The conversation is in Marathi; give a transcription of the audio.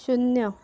शून्य